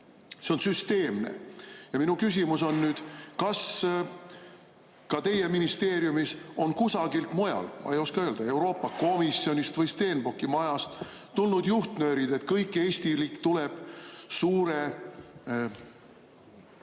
See on süsteemne! Minu küsimus on: kas ka teie ministeeriumis on kusagilt mujalt, ma ei oska öelda, Euroopa Komisjonist või Stenbocki majast, tulnud juhtnöörid, et kõik eestilik tuleb suure,